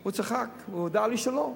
הוא צחק, הוא הודה לי שלא.